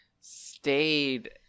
stayed